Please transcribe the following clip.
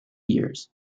years